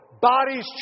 Bodies